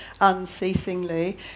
unceasingly